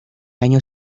año